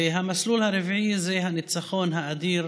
המסלול הרביעי זה הניצחון האדיר